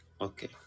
Okay